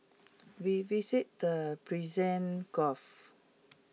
we visited the Persian gulf